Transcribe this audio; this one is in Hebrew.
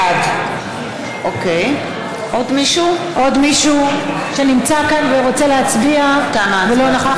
בעד עוד מישהו שנמצא כאן ורוצה להצביע ולא נכח?